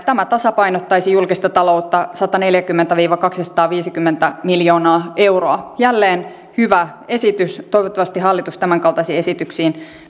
tämä tasapainottaisi julkista taloutta sataneljäkymmentä viiva kaksisataaviisikymmentä miljoonaa euroa jälleen hyvä esitys toivottavasti hallitus tämänkaltaisiin esityksiin